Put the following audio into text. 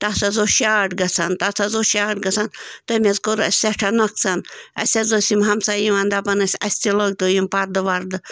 تَتھ حظ اوس شاٹ گَژھان تَتھ حظ اوس شاٹ گَژھان تٔمۍ حظ کوٚر اَسہِ سٮ۪ٹھاہ نۄقصان اَسہِ حظ ٲسۍ یِم ہمساے یِوان دَپان ٲسۍ اَسہِ تہِ لٲگۍ تو یِم پردٕ وَردٕ